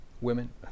Women